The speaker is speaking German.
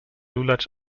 lulatsch